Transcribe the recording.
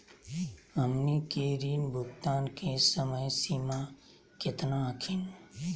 हमनी के ऋण भुगतान के समय सीमा केतना हखिन?